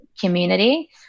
community